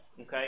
Okay